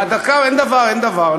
אין דבר, אין דבר.